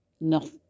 no